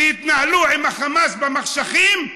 שהתנהל עם החמאס במחשכים,